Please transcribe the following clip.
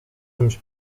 czymś